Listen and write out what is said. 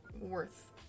worth